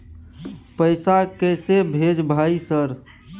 पैसा कैसे भेज भाई सर?